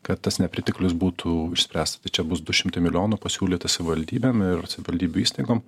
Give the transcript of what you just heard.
kad tas nepriteklius būtų išspręsta tai čia bus du šimtai milijonų pasiūlyta savivaldybėm ir savivaldybių įstaigom